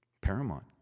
paramount